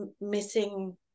missing